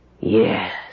Yes